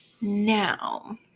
Now